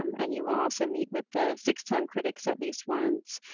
um and you will also meet with the six-time critics, at least once.